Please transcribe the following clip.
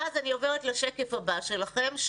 ואז אני עוברת לשקף הבא שלכם,